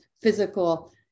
physical